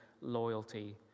loyalty